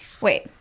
wait